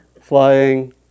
flying